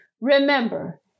Remember